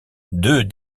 deux